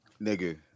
Nigga